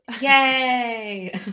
Yay